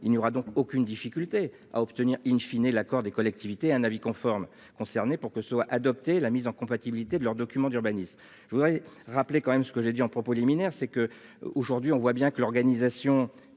il n'y aura donc aucune difficulté à obtenir in fine et l'accord des collectivités, un avis conforme concernés pour que soit adoptée la mise en compatibilité de leurs documents d'urbanisme. Je voudrais rappeler quand même ce que j'ai dit en propos liminaire, c'est que aujourd'hui on voit bien que l'organisation